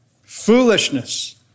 Foolishness